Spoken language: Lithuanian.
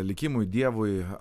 likimui dievui